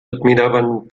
admiraven